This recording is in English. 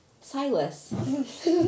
Silas